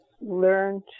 learn